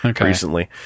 recently